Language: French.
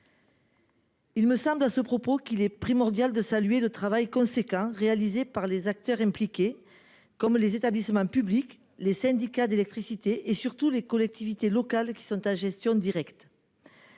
Il me semble à ce propos qu'il est primordial de saluer le travail conséquent réalisés par les acteurs impliqués comme les établissements publics, les syndicats d'électricité et surtout les collectivités locales qui sont à gestion directe.